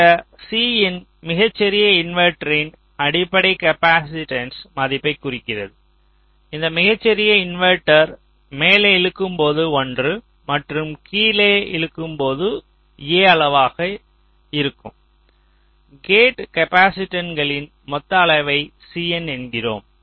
இந்த Cin மிகச்சிறிய இன்வெர்ட்டரின் அடிப்படை காப்பாசிட்டன்ஸ் மதிப்பைக் குறிக்கிறது இந்த மிகச்சிறிய இன்வெர்ட்டர் மேலே இழுக்கம்போது 1 மற்றும் கீழே இழுக்கம்போது A அளவுகளாக இருக்கம் கேட் காப்பாசிட்டன்ஸ்களின் மொத்த அளவை Cin என்கிறோம்